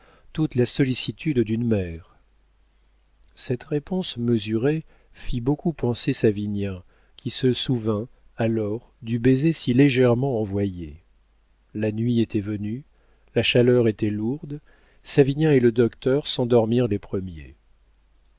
toute la sollicitude d'une mère cette réponse mesurée fit beaucoup penser savinien qui se souvint alors du baiser si légèrement envoyé la nuit était venue la chaleur était lourde savinien et le docteur s'endormirent les premiers